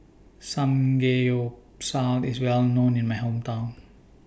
Samgeyopsal IS Well known in My Hometown